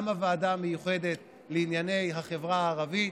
גם הוועדה המיוחדת לענייני החברה הערבית,